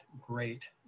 great